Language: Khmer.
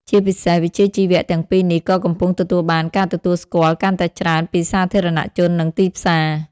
ជាពិសេស វិជ្ជាជីវៈទាំងពីរនេះក៏កំពុងទទួលបាន ការទទួលស្គាល់ កាន់តែច្រើនពីសាធារណជន និងទីផ្សារ។